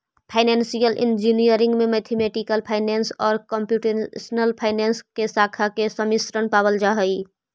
financial engineering में mathematical finance आउ computational finance के शाखा के सम्मिश्रण पावल जा हई